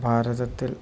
ഭാരതത്തിൽ